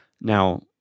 Now